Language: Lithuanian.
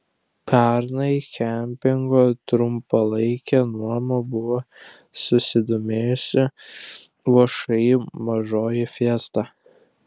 pernai kempingo trumpalaike nuoma buvo susidomėjusi všį mažoji fiesta